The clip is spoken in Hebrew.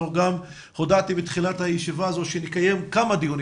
גם הודעתי בתחילת הישיבה הזו שנקיים כמה דיונים